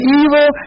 evil